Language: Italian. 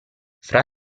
fra